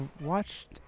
watched